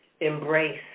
embrace